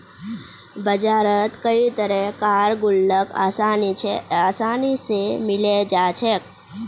बजारत कई तरह कार गुल्लक आसानी से मिले जा छे